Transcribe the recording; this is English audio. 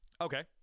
Okay